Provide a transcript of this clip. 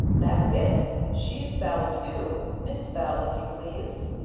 that's it she's bell too miss bell if you please!